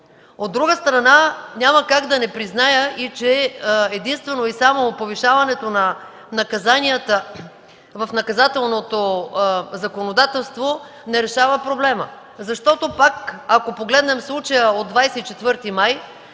От друга страна, няма как да не призная, че единствено и само повишаването на наказанията в наказателното законодателство не решава проблема. Защото, ако пак погледнем случая от 24 май,